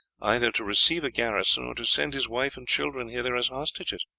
either to receive a garrison or to send his wife and children hither as hostages.